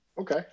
okay